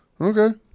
Okay